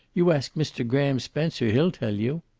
you ask mr. graham spencer. he'll tell you.